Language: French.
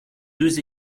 deux